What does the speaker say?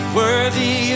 worthy